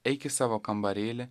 eik į savo kambarėlį